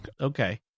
Okay